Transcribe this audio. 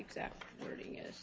exact wording is